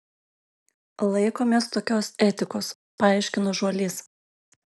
laikomės tokios etikos paaiškino žuolys